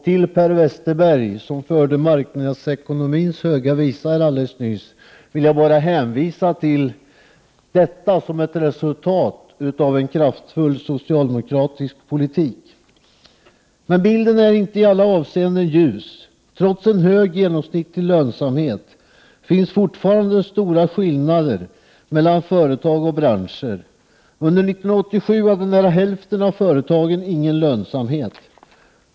För Per Westerberg, som alldeles nyss sjöng marknadsekonomins höga visa, vill jag bara hänvisa till detta som ett resultat av en kraftfull socialdemokratisk politik. Men bilden är inte i alla avseenden ljus. Trots en hög genomsnittlig lönsamhet finns fortfarande stora skillnader mellan företag och branscher. Under 1987 hade nära hälften av företagen ingen lönsamhet.